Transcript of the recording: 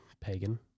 pagan